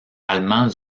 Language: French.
allemand